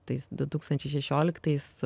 tais du tūkstančiai šešioliktais